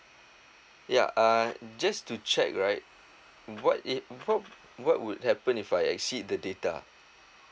ya uh just to check right what it what what what would happen if I exceed the data